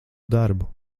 darbu